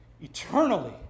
eternally